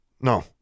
No